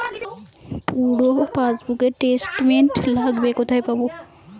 পুরো পাসবুকের স্টেটমেন্ট লাগবে কোথায় পাব?